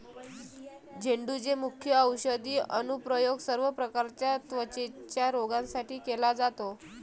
झेंडूचे मुख्य औषधी अनुप्रयोग सर्व प्रकारच्या त्वचेच्या रोगांसाठी केला जातो